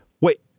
wait